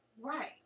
Right